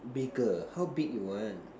bigger how big you want